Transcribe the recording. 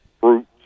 fruits